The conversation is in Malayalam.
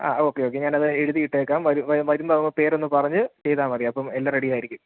ആ ഓക്കേ ഓക്കേ ഞാനത് എഴുതിയിട്ടേക്കാം വരു വരുമ്പോൾ പേരൊന്ന് പറഞ്ഞ് ചെയ്താൽ മതി അപ്പം എല്ലാം റെഡിയായിരിക്കും